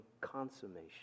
consummation